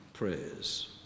prayers